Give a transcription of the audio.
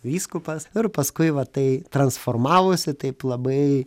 vyskupas ir paskui va tai transformavosi taip labai